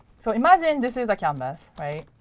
so imagine this is a canvas, right?